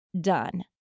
done